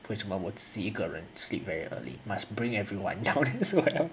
为什么我自己一个人 sleep very early must bring everyone down as well